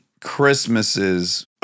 Christmases